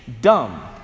dumb